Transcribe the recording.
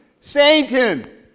Satan